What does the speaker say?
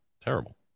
terrible